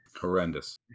Horrendous